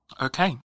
Okay